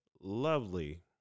lovely